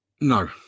no